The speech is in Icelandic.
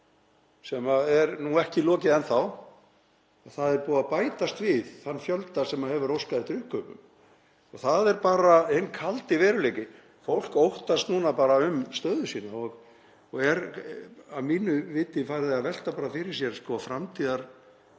sem er ekki lokið enn þá, að það er búið að bætast við þann fjölda sem hefur óskað eftir uppkaupum. Það er bara hinn kaldi veruleiki. Fólk óttast núna um stöðu sína og er að mínu viti farið að velta fyrir sér til framtíðar,